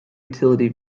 utility